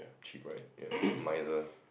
cheap right ya miser